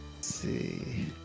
See